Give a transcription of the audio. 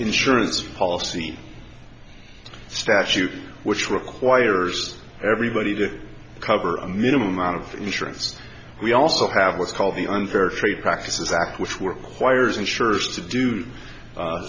insurance policy statute which requires everybody to cover a minimum amount of insurance we also have what's called the unfair trade practices act which were choir's insurers to do